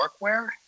workwear